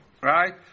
Right